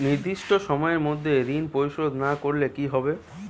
নির্দিষ্ট সময়ে মধ্যে ঋণ পরিশোধ না করলে কি হবে?